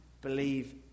believe